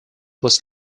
was